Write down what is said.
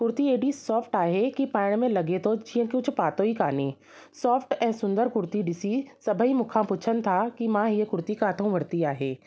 कुर्ती एॾी सॉफ्ट आहे की पाइण में लॻे थो जीअं कुझु पातो ई कोन्हे सॉफ्ट ऐं सुंदर कुर्ती ॾिसी सभई मूंखां पुछनि था की मां हीअ कुर्ती किथां वरिती आहे